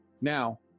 Now